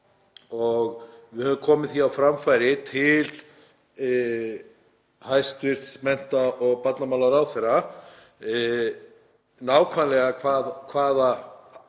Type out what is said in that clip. Við höfum komið því á framfæri til hæstv. mennta- og barnamálaráðherra nákvæmlega hvað